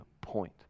point